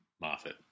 Moffat